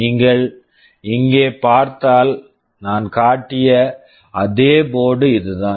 நீங்கள் இங்கே பார்த்தால் நான் காட்டிய அதே போர்ட்டு board இதுதான்